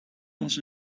was